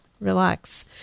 Relax